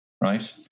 right